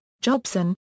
Jobson